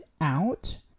out